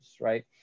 right